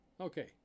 okay